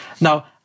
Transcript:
Now